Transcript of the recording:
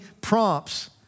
prompts